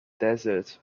desert